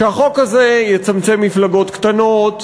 שהחוק הזה יצמצם מפלגות קטנות,